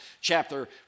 chapter